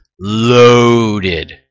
loaded